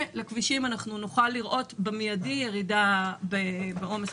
כך בכבישים נוכל לראות במיידי ירידה בעומס.